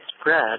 spread